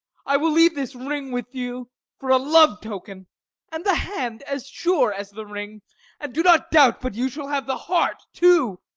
i will leave this ring with you for a love-token and the hand as sure as the ring and do not doubt but you shall have the heart too.